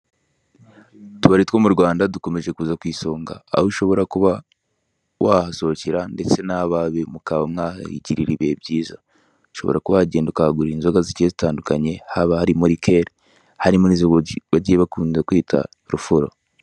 Utubari two mu Rwanda dukomeje kuza ku isonga, aho ushobora kuba wahasohokera ndetse n'abawe mukaba mwahagirira ibihe byiza. Ushobora kuba wagenda ukagura inzoga zigiye zitandukanye haba harimo rikeri harimo n'izo bagiye bakunda kwita rufuro.